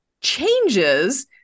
changes